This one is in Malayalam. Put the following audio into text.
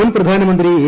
മുൻപ്രധാനമന്ത്രി എ